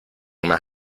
mas